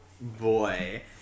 boy